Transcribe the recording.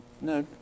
No